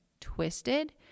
twisted